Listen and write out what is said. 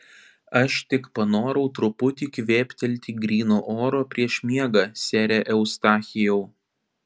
aš tik panorau truputį kvėptelti gryno oro prieš miegą sere eustachijau